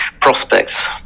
prospects